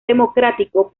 democrático